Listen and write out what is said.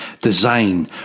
design